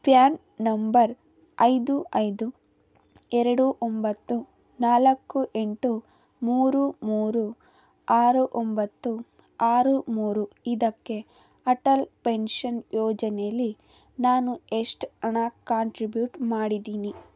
PAN number ಐದು ಐದು ಎರಡು ಒಂಬತ್ತು ನಾಲ್ಕು ಎಂಟು ಮೂರು ಮೂರು ಆರು ಒಂಬತ್ತು ಆರು ಮೂರು ಇದಕ್ಕೆ ಅಟಲ್ ಪೆನ್ಷನ್ ಯೋಜನೆಲಿ ನಾನು ಎಷ್ಟು ಹಣ ಕಾಂಟ್ರಿಬ್ಯೂಟ್ ಮಾಡಿದ್ದೀನಿ